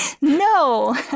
No